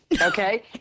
Okay